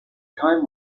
time